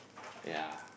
ya